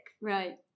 Right